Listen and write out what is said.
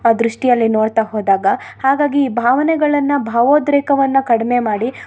ದೃಷ್ಟಿಯಲ್ಲಿ ನೋಡ್ತಾ ಹೋದಾಗ ಹಾಗಾಗಿ ಭಾವನೆಗಳನ್ನು ಭಾವೋದ್ರೇಕವನ್ನು ಕಡಿಮೆ ಮಾಡಿ